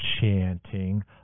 chanting